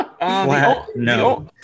no